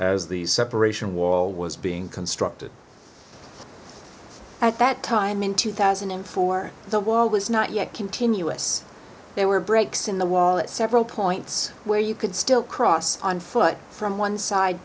as the separation wall was being constructed at that time in two thousand and four the wall was not yet continuous there were breaks in the wall at several points where you could still cross on foot from one side